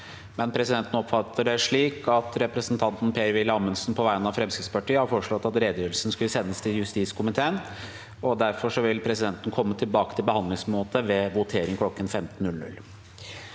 Presidenten oppfatter det imidlertid slik at representanten Per-Willy Amundsen på vegne av Fremskrittspartiet har foreslått at redegjørelsen skal sendes til justiskomiteen. Presidenten vil derfor komme tilbake til behandlingsmåte ved votering kl. 15.